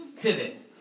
pivot